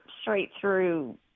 straight-through